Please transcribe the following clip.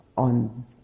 On